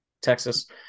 Texas